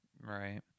Right